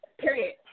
period